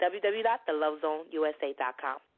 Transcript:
www.thelovezoneusa.com